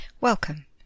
welcome